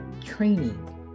training